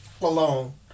alone